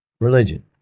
religion